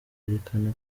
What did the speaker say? yerekana